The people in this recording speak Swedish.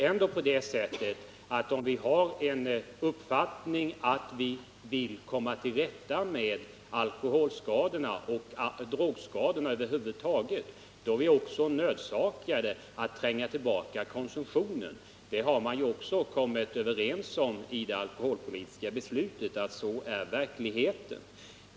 Men om vi vill komma till rätta med alkoholskadorna och drogskadorna över huvud taget, är vi också nödsakade att tränga tillbaka konsumtionen. I det alkoholpolitiska beslutet har man också kommit överens om att sådan är verkligheten.